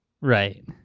right